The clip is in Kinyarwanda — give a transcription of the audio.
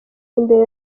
imbere